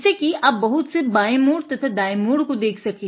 जिससे कि आप बहुत से बाए मोड़ तथा दाए मोड़ को देख सके